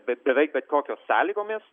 bet beveik bet kokios sąlygomis